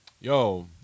Yo